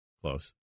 Close